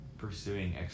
pursuing